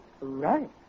Right